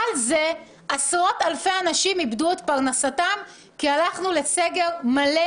עשרות אנשים איבדו את פרנסתם רק כי הלכנו לסגר מלא,